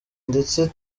ndetse